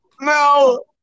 No